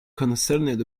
concerned